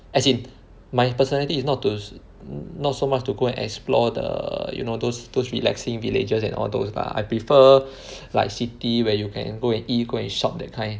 as in my personality is not those not so much to go and explore the you know those those relaxing villages and all those lah I prefer like city where you can go and eat go and shop that kind